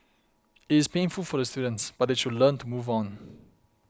it is painful for the students but they should learn to move on